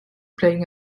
planning